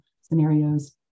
scenarios